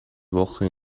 woche